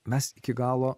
mes iki galo